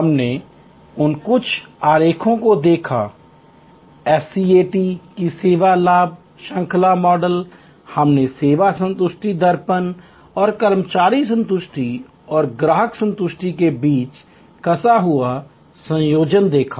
हमने उन कुछ आरेखों को देखा SCAT की सेवा लाभ श्रृंखला मॉडल हमने सेवा संतुष्टि दर्पण और कर्मचारी संतुष्टि और ग्राहक संतुष्टि के बीच कसा हुआ संयोजन देखा